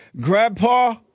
Grandpa